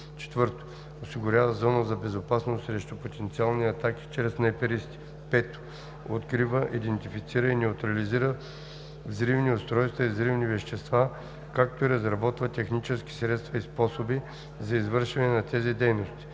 групи; 4. осигурява зона за безопасност срещу потенциални атаки чрез снайперисти; 5. открива, идентифицира и неутрализира взривни устройства и взривни вещества, както и разработва технически средства и способи за извършване на тези дейности;